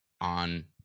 on